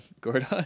Gordon